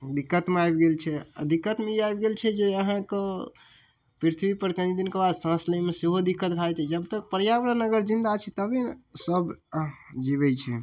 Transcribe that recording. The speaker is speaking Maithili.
दिक्कतमे आबि गेल छै दिक्कतमे ई आबि गेल छै जे अहाँके पृथ्वी पर कनी दिनके बाद साँस लै मे सेहो दिक्कत भए जेतै जब तक पर्यावरण अगर जिन्दा छै तबे सब जीबै छै